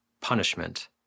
punishment